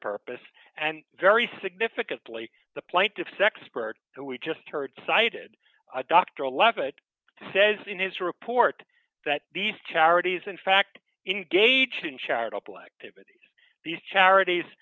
purpose and very significantly the plaintiff sexpert who we just heard cited a doctoral level it says in his report that these charities in fact engaged in charitable activities these charities